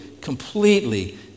completely